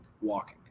walking